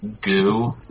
goo